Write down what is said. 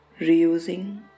Reusing